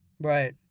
Right